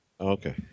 Okay